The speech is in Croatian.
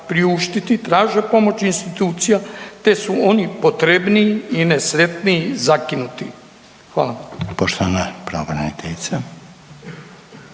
priuštiti traže pomoć institucija te su oni potrebniji i nesretniji zakinuti? Hvala.